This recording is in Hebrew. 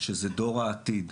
שזה דור העתיד.